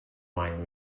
wine